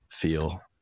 feel